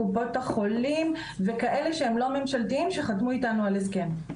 קופות החולים וכאלה שהם לא ממשלתיים שחתמו איתנו על הסכם.